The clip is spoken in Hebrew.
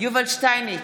יובל שטייניץ,